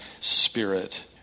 spirit